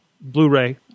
Blu-ray